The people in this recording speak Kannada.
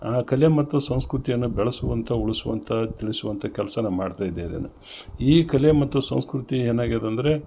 ಆ ಕಲೆ ಮತ್ತು ಸಂಸ್ಕೃತಿಯನ್ನ ಬೆಳ್ಸುವಂಥ ಉಳ್ಸುವಂಥ ತಿಳ್ಸುವಂಥ ಕೆಲ್ಸನ ಮಾಡ್ತಾಯಿದ್ದೇನೆ ಈ ಕಲೆ ಮತ್ತು ಸಂಸ್ಕೃತಿ ಏನಾಗಿದಂದರೆ